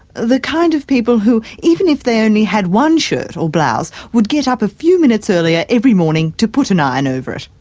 the kind of people who even if they only had one shirt or blouse would get up a few minutes earlier every morning to put an ah iron over it.